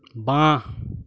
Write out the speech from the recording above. বাহ